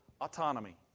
autonomy